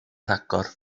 rhagor